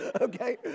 okay